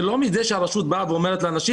זה לא בא מכך שהרשות באה ואומרת לאנשים